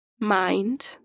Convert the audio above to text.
Mind